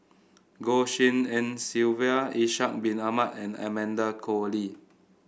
Goh Tshin En Sylvia Ishak Bin Ahmad and Amanda Koe Lee